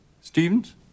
Stevens